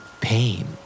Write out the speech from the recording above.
Pain